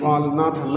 पाल नाथ म